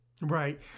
Right